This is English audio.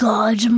God